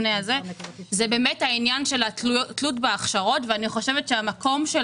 זה באמת העניין של התלות בהכשרות ואני חושבת שהמקום של